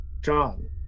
John